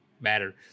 matter